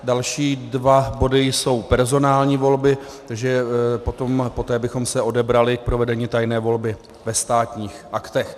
Další dva body jsou personální volby, takže poté bychom se odebrali k provedení tajné volby ve Státních aktech.